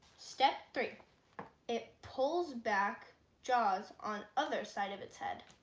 step three it pulls back jaws on other side of its head